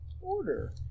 order